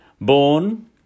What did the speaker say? Born